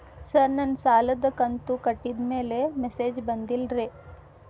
sir ನನ್ನ ಸಾಲದ ಕಂತು ಕಟ್ಟಿದಮೇಲೆ ಮೆಸೇಜ್ ಬಂದಿಲ್ಲ ರೇ